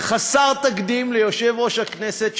חסר תקדים ליושב-ראש הכנסת,